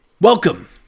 Welcome